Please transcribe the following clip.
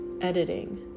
Editing